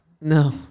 No